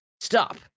stop